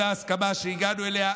זו ההסכמה שהגענו אליה.